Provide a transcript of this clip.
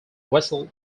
wessel